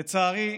לצערי,